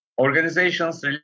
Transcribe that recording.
organization's